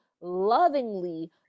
lovingly